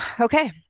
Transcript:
Okay